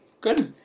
Good